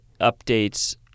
updates